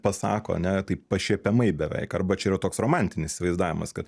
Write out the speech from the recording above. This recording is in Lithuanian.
pasako ar ne taip pašiepiamai beveik arba čia yra toks romantinis įsivaizdavimas kad